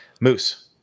Moose